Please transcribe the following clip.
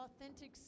authentic